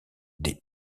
des